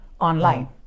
Online